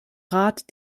rat